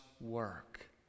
work